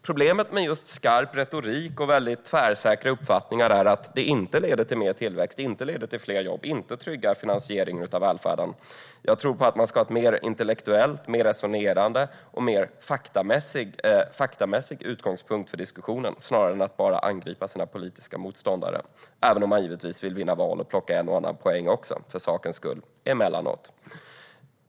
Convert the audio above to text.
Problemet med just skarp retorik och väldigt tvärsäkra uppfattningar är att det inte leder till mer tillväxt och fler jobb och inte tryggar finansieringen av välfärden. Jag tror att man bör ha en mer intellektuell, resonerande och faktamässig utgångspunkt för diskussionen, i stället för att bara angripa sina politiska motståndare - även om man givetvis vill vinna val och emellanåt plocka en och annan poäng också, för sakens skull.